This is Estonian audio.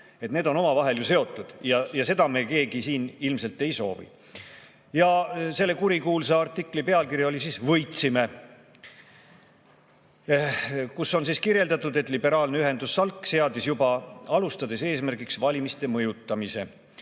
need on ju omavahel seotud –, ja seda me keegi siin ilmselt ei soovi. Selle kurikuulsa artikli pealkiri on "Võitsime!". Seal kirjeldati, et liberaalne ühendus SALK seadis juba alustades eesmärgiks valimiste mõjutamise,